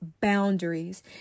boundaries